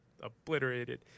obliterated